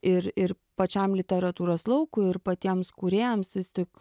ir ir pačiam literatūros laukui ir patiems kūrėjams vis tik